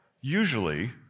usually